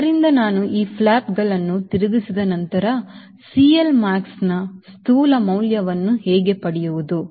ಆದ್ದರಿಂದ ನಾನು ಈ ಫ್ಲಾಪ್ಗಳನ್ನು ತಿರುಗಿಸಿದ ನಂತರ CLmaxನ ಸ್ಥೂಲ ಮೌಲ್ಯವನ್ನು ಹೇಗೆ ಪಡೆಯುವುದು